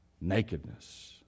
nakedness